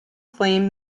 flame